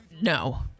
No